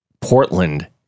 Portland